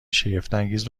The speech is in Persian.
شگفتانگیز